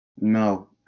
No